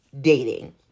dating